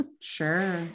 Sure